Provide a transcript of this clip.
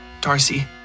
Darcy